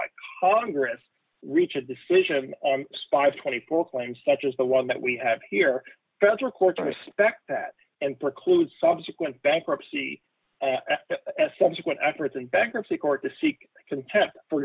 congress reach a decision of spies twenty four claims such as the one that we have here federal courts respect that and preclude subsequent bankruptcy subsequent efforts in bankruptcy court to seek contempt for